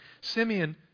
Simeon